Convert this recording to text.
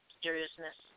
seriousness